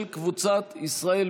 אנא תהיו קשובים ועם תשומת לב כדי שכולם